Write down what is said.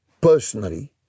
personally